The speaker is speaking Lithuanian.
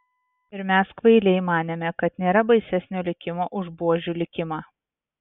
ir mes kvailiai manėme kad nėra baisesnio likimo už buožių likimą